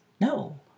No